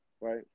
right